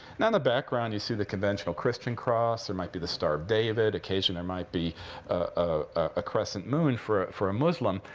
and and the background you see the conventional christian cross. there might be the star of david. occasionally, there might be a crescent moon for for a muslim.